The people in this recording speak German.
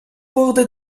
wurde